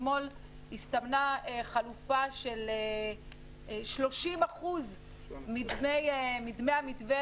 אתמול הסתמנה חלופה של 30% מדמי המתווה